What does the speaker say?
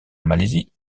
malaisie